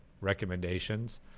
recommendations